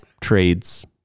trades